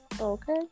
Okay